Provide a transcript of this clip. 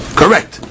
correct